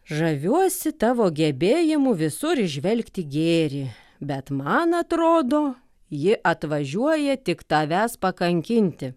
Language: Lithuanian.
žaviuosi tavo gebėjimu visur įžvelgti gėrį bet man atrodo ji atvažiuoja tik tavęs pakankinti